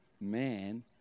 man